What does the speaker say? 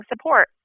support